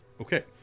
Okay